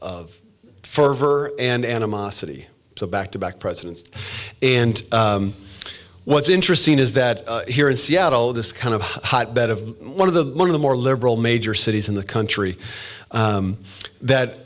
of for ever and animosity back to back presidents and what's interesting is that here in seattle this kind of hotbed of one of the one of the more liberal major cities in the country that